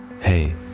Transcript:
Hey